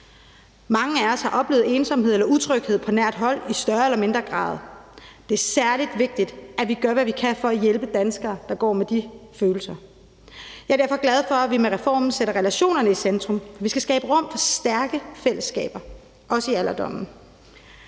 Mange af os har oplevet ensomhed eller utryghed på nært hold i større eller mindre grad. Det er særlig vigtigt, at vi gør, hvad vi kan, for at hjælpe danskere, der går med de følelser. Jeg er derfor glad for, at vi med reformen sætter relationerne i centrum. Vi skal skabe rum for stærke fællesskaber, også i alderdommen.